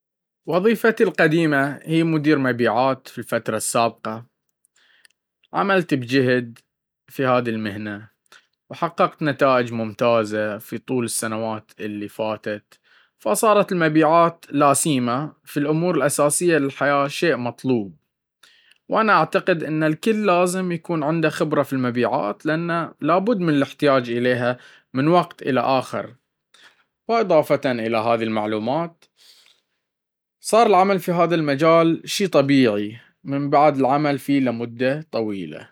وظيفتي القديمة هي مدير مبيعات في الفترة السابقة عملت بجهد في هذي المهنة وحققت نتائج ممتازة في طول السنوات اللي فاتت فصارت المبيعات لا سيما في الأمور الأساسية للحياة شيئ مطلوب وانا أعتقد انه الكل لازم يكون عنده خبرة في المبيعات لأنه لابد من الاحتياج اليها من وقت الى وقت آخر, وإضافة الى هذي المعلومات صار العمل في هذا المجال شي طبيعي من بعد العمل فيه لمدة طويلة.